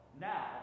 Now